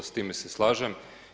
S time se slažem.